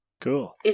Cool